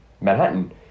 Manhattan